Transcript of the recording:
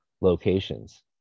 locations